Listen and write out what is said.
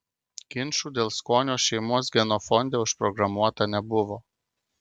ginčų dėl skonio šeimos genofonde užprogramuota nebuvo